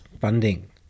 funding